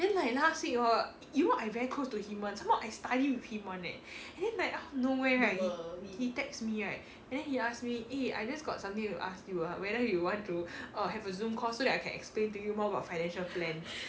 then like last week hor you know I very close to him one some more I study with him one eh and then like out of nowhere right he text me right and then he ask me eh I just got something to ask you ah whether you want to have orh a zoom call so that I can explain to you more about financial plan